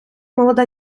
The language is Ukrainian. молода